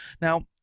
Now